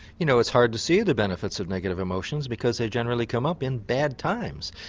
you know it's hard to see the benefits of negative emotions because they generally come up in bad times.